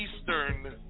Eastern